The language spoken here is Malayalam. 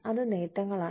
അത് നേട്ടങ്ങളാണ്